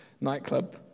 nightclub